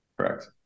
correct